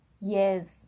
yes